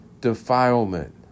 defilement